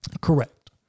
Correct